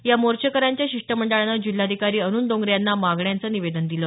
या मोर्चेकऱ्यांच्या शिष्टमंडळानं जिल्हाधिकारी अरूण डोंगरे यांना मागण्यांचं निवेदन दिलं